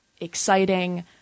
exciting